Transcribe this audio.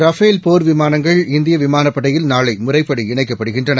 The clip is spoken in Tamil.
ரஃபேல் போர் விமானங்கள் இந்திய விமானப் படையில் நாளை முறைப்படி இணைக்கப்படுகின்றன